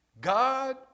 God